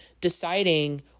deciding